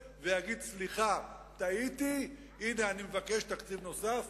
ויגיד: סליחה, טעיתי, הנה אני מבקש תקציב נוסף.